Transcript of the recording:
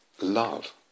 love